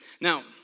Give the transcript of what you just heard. now